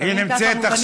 לפעמים מובנים לא נכון.